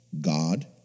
God